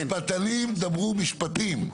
משפטנים, דברו משפטים,